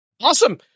awesome